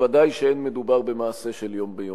וודאי שאין מדובר במעשה של יום ביומו.